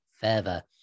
further